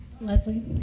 Leslie